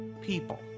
people